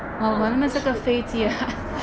哦不是不是